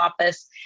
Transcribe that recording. office